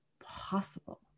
possible